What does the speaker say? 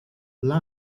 dla